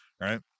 right